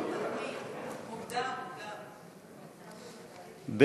ההסתייגות לחלופין (ו) של חברת הכנסת סתיו שפיר לפני סעיף 1 לא נתקבלה.